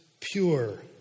pure